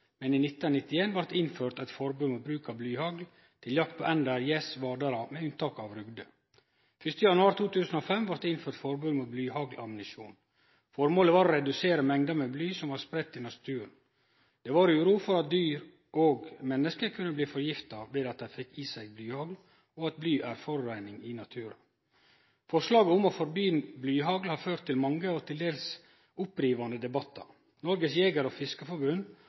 men i 1991 vart det innført eit forbod mot bruk av blyhagl til jakt på ender, gjæser og vadarar med unntak av rugde. 1. januar 2005 vart det innført forbod mot blyhaglammunisjon. Formålet var å redusere mengda med bly som vart spreidd i naturen. Det var uro for at dyr og menneske kunne bli forgifta ved at dei fekk i seg blyhagl, og at bly er forureining i naturen. Forslaget om å forby blyhagl har ført til mange og til dels opprivande debattar. Norges Jeger- og